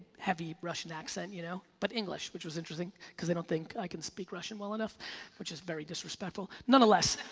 heavy russian accent, you know but english which was interesting because they don't think i can speak russian well enough which is very disrespectful, nonetheless,